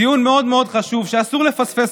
דיון מאוד מאוד חשוב שאסור לפספס,